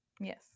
Yes